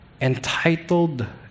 entitled